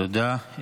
תודה.